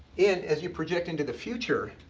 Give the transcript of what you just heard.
and as you project into the future,